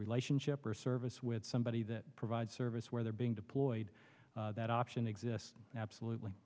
relationship or service with somebody that provides service where they're being deployed that option exists absolutely